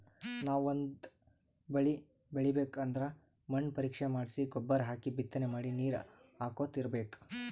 ನಾವ್ ಒಂದ್ ಬಳಿ ಬೆಳಿಬೇಕ್ ಅಂದ್ರ ಮಣ್ಣ್ ಪರೀಕ್ಷೆ ಮಾಡ್ಸಿ ಗೊಬ್ಬರ್ ಹಾಕಿ ಬಿತ್ತನೆ ಮಾಡಿ ನೀರ್ ಹಾಕೋತ್ ಇರ್ಬೆಕ್